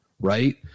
right